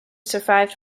survived